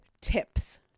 tips